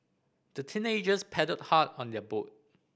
the teenagers paddled hard on their boat